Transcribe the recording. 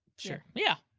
sure, yeah,